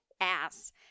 ass